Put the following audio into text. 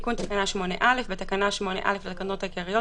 "תיקון תקנה 8א. בתקנה 8א לתקנות העיקריות,